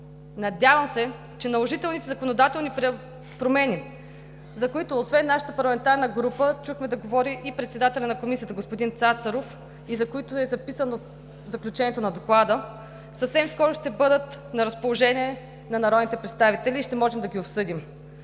Надявам се, че наложителните законодателни промени, за които, освен нашата парламентарна група, чухме да говори и председателят на Комисията господин Цацаров и за които е записано в заключението на Доклада, съвсем скоро ще бъдат на разположение на народните представители и ще можем да ги обсъдим.